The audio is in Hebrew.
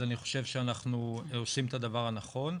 אז אני חושב שאנחנו עושים את הדבר הנכון,